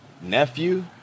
nephew